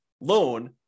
loan